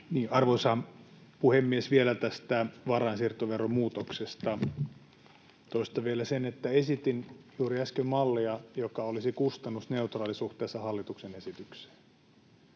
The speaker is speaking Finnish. Arvoisa puhemies! Vielä tästä varainsiirtoveron muutoksesta. Toistan vielä, että esitin juuri äsken mallia, joka olisi kustannusneutraali suhteessa hallituksen esitykseen,